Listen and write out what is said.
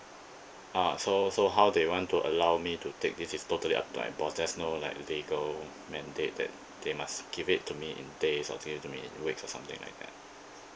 ah so so how they want to allow me to take this is totally up to my boss there's no like legal mandated they must give it to me in days or give it to me in weeks or something like that